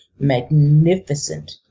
magnificent